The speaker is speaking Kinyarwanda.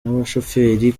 n’abashoferi